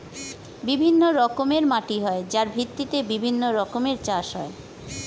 বিভিন্ন রকমের মাটি হয় যার ভিত্তিতে বিভিন্ন রকমের চাষ হয়